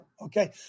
Okay